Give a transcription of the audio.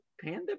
panda